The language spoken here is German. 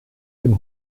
dem